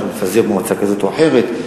אם אני מפזר מועצה כזאת או אחרת,